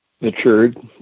matured